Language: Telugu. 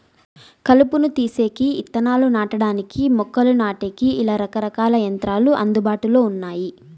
కలుపును తీసేకి, ఇత్తనాలు నాటడానికి, మొక్కలు నాటేకి, ఇలా రకరకాల యంత్రాలు అందుబాటులో ఉన్నాయి